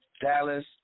Dallas